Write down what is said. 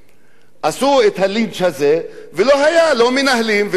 עשו את הלינץ', ולא היו מנהלים ולא מורים.